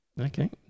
Okay